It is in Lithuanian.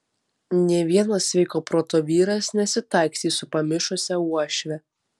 nė vienas sveiko proto vyras nesitaikstys su pamišusia uošve